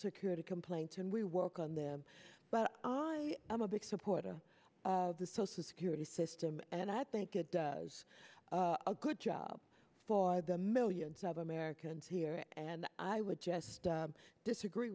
security complaints and we work on them but i am a big supporter of the social security system and i think it does a good job for the millions of americans here and i would just disagree